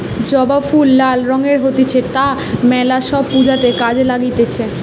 জবা ফুল লাল রঙের হতিছে তা মেলা সব পূজাতে কাজে লাগতিছে